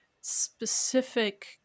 specific